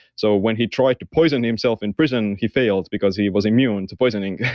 so when he tried to poison himself in prison, he failed because he was immune to poisoning.